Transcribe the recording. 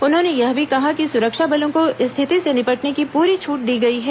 उन्होंने यह भी कहा कि सुरक्षा बलों को स्थिति से निपटने की पूरी छूट दी गई है